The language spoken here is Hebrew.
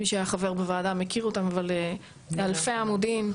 מי שהיה חבר בוועדה מכיר אותם, אבל אלפי עמודים.